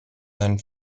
deinen